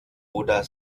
oder